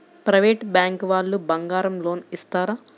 Private bank వాళ్ళు బంగారం loan ఇస్తారా?